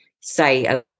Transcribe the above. say